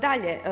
Dalje.